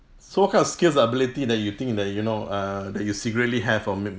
so what kind of skills or ability that you think that you know err that you secretly have or make